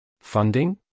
Funding